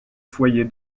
foyer